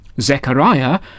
Zechariah